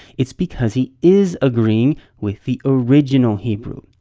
it's because he is agreeing with the original hebrew.